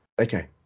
okay